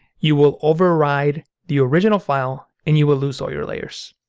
you will override the original file and you will lose all your layers.